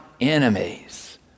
enemies